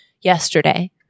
yesterday